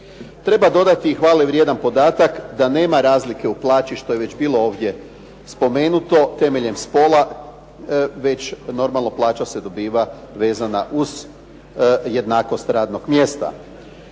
Treba dodati i hvale vrijedan podatak da nema razlike u plaći, što je bilo ovdje spomenuto, temeljem spola, već normalno plaća se dobiva vezana uz jednakost radnog mjesta.